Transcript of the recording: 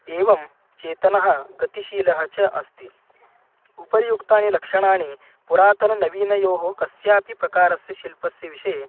एवं चेतनः गतिशीलः च अस्ति उपरियुक्तानि लक्षणानि पुरातनं नवीनयोः कस्यापि प्रकारस्य शिल्पस्य विषये